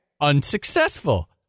unsuccessful